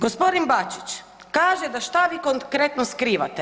Gospodin Bačić kaže da što vi konkretno skrivate.